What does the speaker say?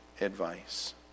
advice